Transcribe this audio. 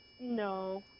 no